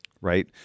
right